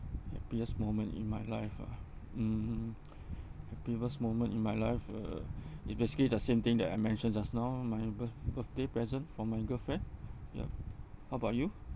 happiest moment in my life ah mm happiest moment in my life uh it's basically the same thing that I mentioned just now my birth~ birthday present from my girlfriend ya how about you